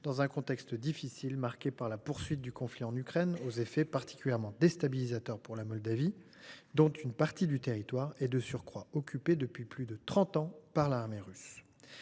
dans un contexte difficile. La poursuite du conflit en Ukraine a des effets particulièrement déstabilisateurs pour la Moldavie, dont une partie du territoire est de surcroît occupée depuis plus de trente ans par l’armée russe.